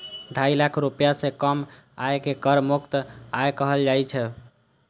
ढाई लाख रुपैया सं कम आय कें कर मुक्त आय कहल जाइ छै